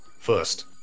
First